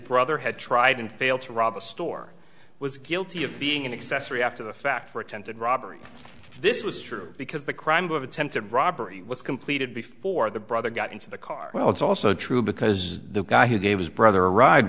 brother had tried and failed to rob a store was guilty of being an accessory after the fact for attempted robbery this was true because the crime of attempted robbery was completed before the brother got into the car well it's also true because the guy who gave his brother ride